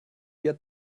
get